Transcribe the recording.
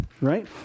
right